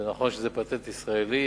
זה נכון שזה פטנט ישראלי,